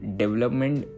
development